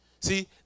See